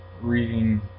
reading